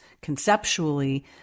conceptually